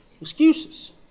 excuses